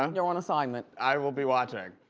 um you're on assignment. i will be watching.